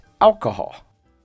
alcohol